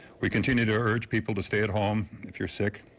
we continue to urge people to stay at home if you're sick.